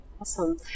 Awesome